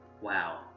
wow